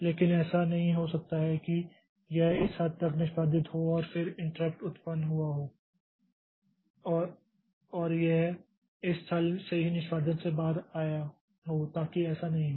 लेकिन ऐसा नहीं हो सकता है कि यह इस हद तक निष्पादित हो और फिर इंट्रप्ट उत्पन्न हुआ हो और यह इस स्थल से ही निष्पादन से बाहर आया हो ताकि ऐसा नहीं हो